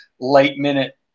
late-minute